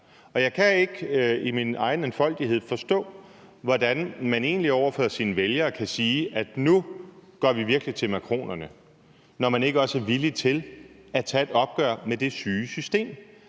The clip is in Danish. Og jeg kan i min egen enfoldighed ikke forstå, hvordan man egentlig over for sine vælgere kan sige, at man nu virkelig går til makronerne, når man ikke også er villig til at tage et opgør med det syge system,